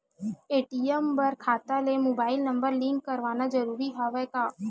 ATM बर खाता ले मुबाइल नम्बर लिंक करवाना ज़रूरी हवय का?